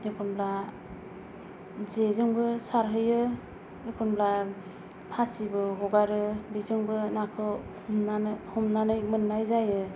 एखनब्ला जे जोंबो सारहैयो एखनब्ला फासिबो हगारो बेजोंबो नाखौ हमनानै हमनानै मोननाय जायो